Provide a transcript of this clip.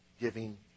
giving